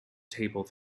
table